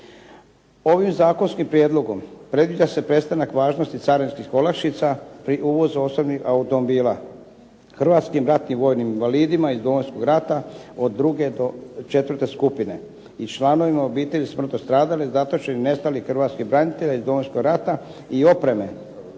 Ovim zakonskim prijedlogom predviđa se prestanak važnosti carinskih olakšica pri uvozu osobnih automobila hrvatskim ratnim vojnim invalidima iz Domovinskog rata od druge do četvrte skupine i članovima obitelji smrtno stradalih, zatočenih, nestalih hrvatskih branitelja iz Domovinskog rata i opreme